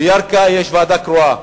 בירכא יש ועדה קרואה.